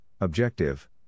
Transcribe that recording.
Objective